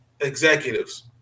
executives